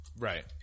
Right